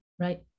right